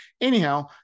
anyhow